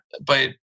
But-